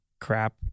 crap